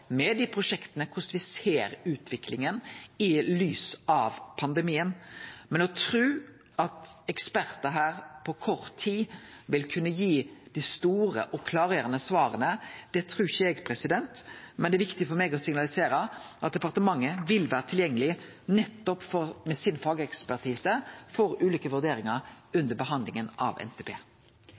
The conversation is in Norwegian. dei prosjekta, om korleis me ser utviklinga i lys av pandemien. Men at ekspertar her på kort tid vil kunne gi dei store og klarerande svara, trur ikkje eg. Men det er viktig for meg å signalisere at departementet vil vere tilgjengeleg med fagekspertisen sin, nettopp for ulike vurderingar under behandlinga av NTP.